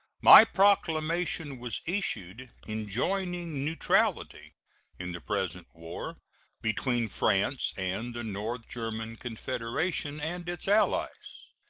my proclamation was issued enjoining neutrality in the present war between france and the north german confederation and its allies,